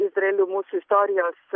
izraeliu mūsų istorijos